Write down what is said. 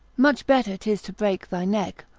much better tis to break thy neck,